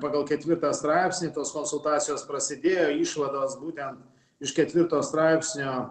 pagal ketvirtą straipsnį tos konsultacijos prasidėjo išvados būtent iš ketvirto straipsnio